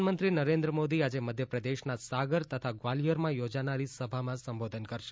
પ્રધાનમંત્રી નરેન્દ્રમોદી આજે મધ્યપ્રદેશના સાગર તથા ગ્વાલીયરમાં યોજાનારી સભામાં સંબોધન કરશે